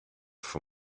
for